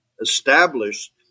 established